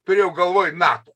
turėjau galvoj nato